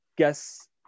Guess